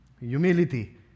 Humility